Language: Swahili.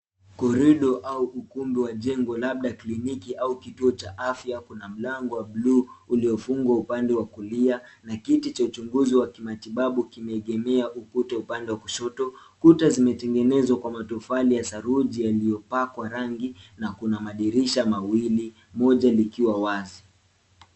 Korido au ukumbi wa jengo labda kliniki au kituo cha afya kuna mlango wa buluu uliofungwa upande wa kulia na kiti cha uchunguzi wa kimatibabu kimeegemea ukuta upande wa kushoto. Kuta zimetengenezwa kwa matofali ya saruji yaliyopakwa rangi na kuna madirisha mawili moja likiwa wazi.